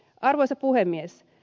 arvoisa puhemies